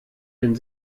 den